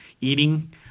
eating